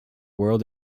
world